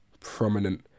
prominent